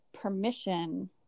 permission